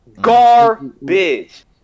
Garbage